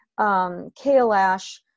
Kailash